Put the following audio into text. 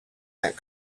that